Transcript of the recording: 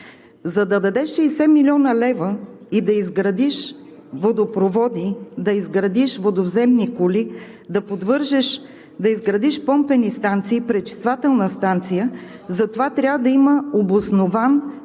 за да дадеш 60 млн. лв. и да изградиш водопроводи, да изградиш водовземни кули, да изградиш помпени станции – пречиствателна станция, затова трябва да има обоснован